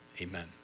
amen